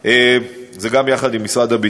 עושים עלי קריקטורות כל יום, זה עושה רק טוב.